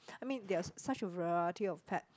I mean there are such a variety of pet